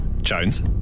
Jones